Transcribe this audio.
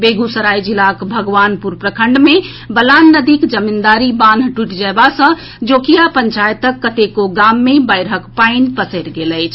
बेगूसराय जिलाक भगवानपुर प्रखंड मे बलान नदीक जमींदारी बान्ह टूटि जेबा सँ जोकिया पंचायतक कतेको गाम मे बाढ़िक पानि पसरि गेल अछि